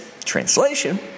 translation